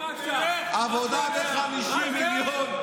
עבודה ב-50 מיליון,